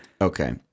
Okay